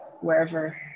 wherever